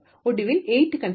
ഒടുവിൽ 8